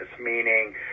Meaning